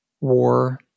war